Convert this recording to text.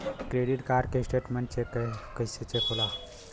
Credit card के statement कइसे check होला?